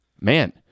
man